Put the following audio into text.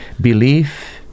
Belief